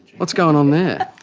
what's going on there?